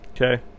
okay